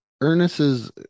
ernest's